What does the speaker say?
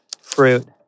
fruit